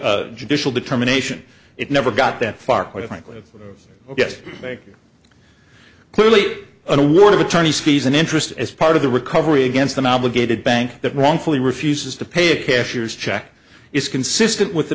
of judicial determination it never got that far quite frankly yes clearly an award of attorney's fees and interest as part of the recovery against the novel gated bank that wrongfully refuses to pay a cashier's check is consistent with the